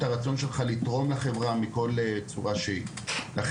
הרצון שלך לתרום לחברה בכל דרך אפשרית ובכל צורה שהיא.